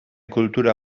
kultura